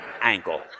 ankle